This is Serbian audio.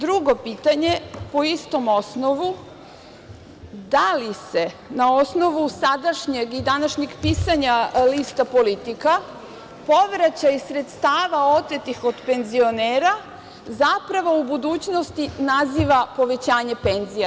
Drugo pitanje, po istom osnovu – da li se na osnovu sadašnjeg i današnjeg pisanja lista „Politika“ povraćaj sredstava otetih od penzionera zapravo u budućnosti naziva povećanje penzija.